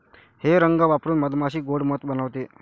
हे रंग वापरून मधमाशी गोड़ मध बनवते